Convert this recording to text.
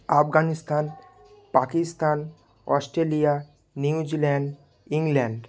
Afghanistan Pakistan Australia New Zealand England